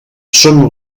són